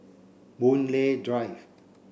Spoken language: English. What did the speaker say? Boon Lay Drive